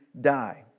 die